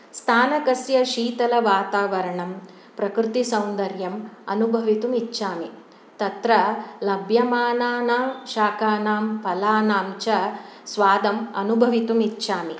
स्थानकस्य शीतलवातावरणं प्रकृतिसौन्दर्यम् अनुभवितुमिच्छामि तत्र लभ्यमानानां शाकानां फलानां च स्वादम् अनुभवितुमिच्छामि